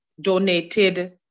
donated